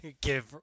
give